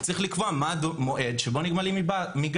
צריך לקבוע מה המועד שבו נגמלים מגז.